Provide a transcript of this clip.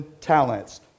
talents